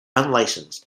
unlicensed